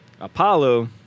Apollo